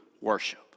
worship